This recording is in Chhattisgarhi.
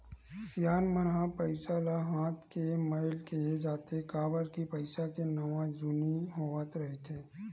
सियान मन ह पइसा ल हाथ के मइल केहें जाथे, काबर के पइसा के नवा जुनी होवत रहिथे